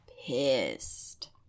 pissed